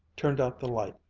turned out the light,